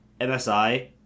MSI